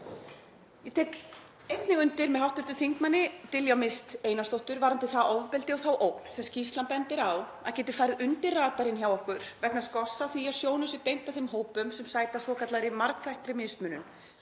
Ég tek einnig undir með hv. þm. Diljá Mist Einarsdóttur varðandi það ofbeldi og þá ógn sem skýrslan bendir á að geti farið undir radarinn hjá okkur vegna skorts á því að sjónum sé beint að þeim hópum sem sæta svokallaðri margþættri mismunun,